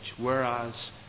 Whereas